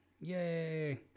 yay